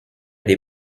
des